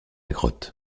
grotte